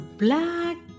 black